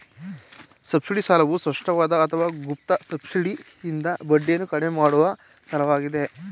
subsidy ಸಾಲವು ಸ್ಪಷ್ಟವಾದ ಅಥವಾ ಗುಪ್ತ ಸಬ್ಸಿಡಿಯಿಂದ ಬಡ್ಡಿಯನ್ನ ಕಡಿಮೆ ಮಾಡುವ ಸಾಲವಾಗಿದೆ